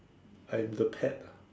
I'm the pet ah